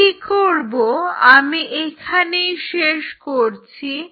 আমি কি করবো আমি এখানেই শেষ করছি